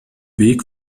weg